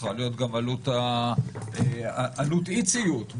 צריכה להיות גם עלות אי ציות.